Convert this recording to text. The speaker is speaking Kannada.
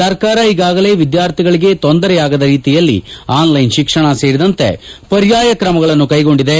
ಸರ್ಕಾರ ಈಗಾಗಲೇ ವಿದ್ಯಾರ್ಥಿಗಳಗೆ ತೊಂದರೆಯಾಗದ ರೀತಿಯಲ್ಲಿ ಆನ್ಲೈನ್ ಶಿಕ್ಷಣ ಸೇರಿದಂತೆ ಪರ್ಯಾಯ ಕ್ರಮಗಳನ್ನು ಕೈಗೊಂಡಿದೆ